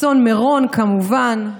אסון מירון כמובן.